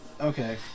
okay